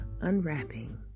unwrapping